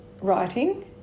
writing